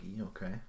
okay